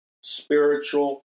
spiritual